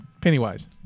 Pennywise